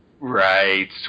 Right